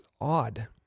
odd